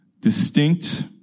distinct